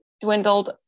dwindled